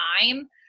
time